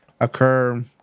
occur